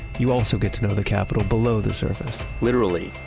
you also get to know the capitol below the surface literally.